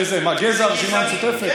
מה גזע, הרשימה המשותפת?